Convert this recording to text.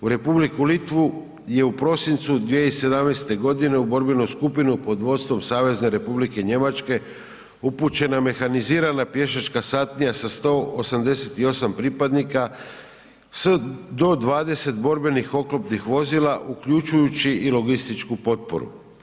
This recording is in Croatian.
U Republiku Litvu je u prosincu 2017.g. u borbenu skupinu pod vodstvom SR Njemačke upućena mehanizirana pješačka satnija sa 188 pripadnika s do 20 borbenih oklopnih vozila uključujući i logističku potporu.